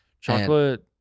Chocolate